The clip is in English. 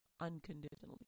unconditionally